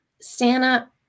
Santa